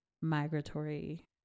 migratory